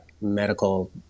medical